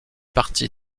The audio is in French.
parti